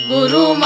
Guru